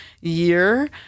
year